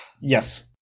Yes